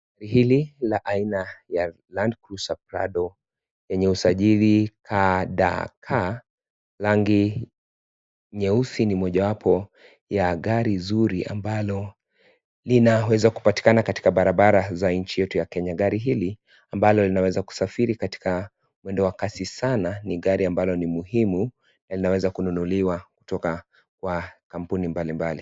Hili ni aina ya land cruiser prado yeye usajili KDK rangi nyeusi ni mojawapo ya gari zuri ambalo linaweza kupatikana katika barabara za nchi yetu ya Kenya. Gari hili ambalo linaweza kusafiri katika mwendo wa kasi sana ni gari ambalo ni muhimu na linaweza kununuliwa kutoka kwa kampuni mbali mbali.